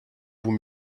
vous